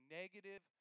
negative